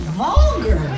vulgar